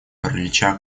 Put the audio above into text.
паралича